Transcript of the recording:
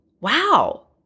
Wow